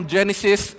Genesis